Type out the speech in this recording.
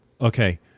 Okay